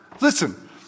Listen